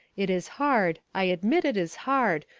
it is hard, i admit it is hard,